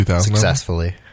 successfully